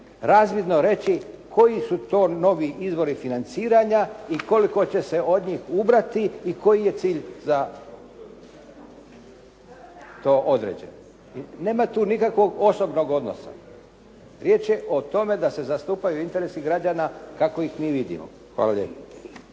razvidno reći koji su to novi izvori financiranja i koliko će se od njih ubrati i koji je cilj za to određen. I nema tu nikakvog osobnog odnosa. Riječ je o tome da se zastupaju interesi građana kako ih mi vidimo. Hvala lijepo.